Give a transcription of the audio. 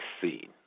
seen